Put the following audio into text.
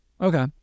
Okay